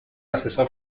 asesor